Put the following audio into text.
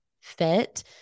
fit